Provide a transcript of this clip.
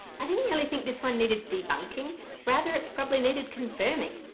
i didn't really think this one needed debunking rather it probably needed confirming.